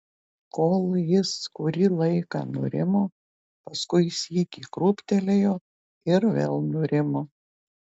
kol jis kurį laiką nurimo paskui sykį krūptelėjo ir vėl nurimo